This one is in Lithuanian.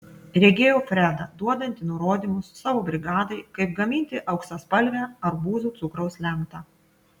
regėjau fredą duodantį nurodymus savo brigadai kaip gaminti auksaspalvę arbūzų cukraus lentą